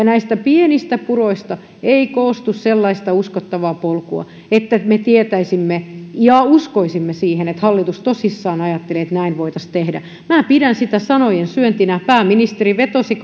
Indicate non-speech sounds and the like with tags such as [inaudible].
[unintelligible] näistä pienistä puroista ei koostu sellaista uskottavaa polkua että me tietäisimme ja uskoisimme siihen että hallitus tosissaan ajattelee että näin voitaisiin tehdä minä pidän sitä sanojen syöntinä pääministeri vetosi [unintelligible]